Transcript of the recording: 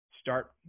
Start